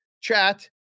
chat